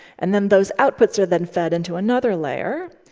and then those outputs are then fed into another layer.